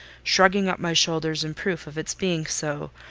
shrugging up my shoulders in proof of its being so,